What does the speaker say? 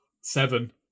Seven